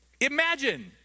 imagine